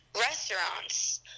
restaurants